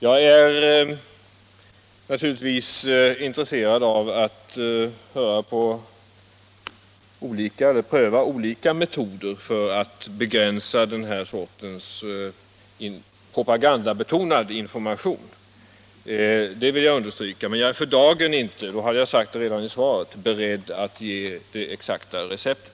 Jag är naturligtvis intresserad av att pröva olika metoder för att begränsa den här sortens propagandabetonade information — det vill jag understryka. Men jag är för dagen inte beredd att ge det exakta receptet; då hade jag sagt det i svaret.